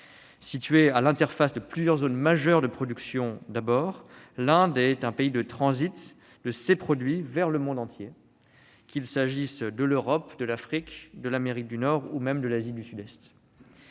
Située à l'interface de plusieurs zones majeures de production, l'Inde est un pays de transit de ces produits vers le monde entier, qu'il s'agisse de l'Europe, de l'Afrique, de l'Amérique du Nord ou même de l'Asie du Sud-Est.